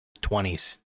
20s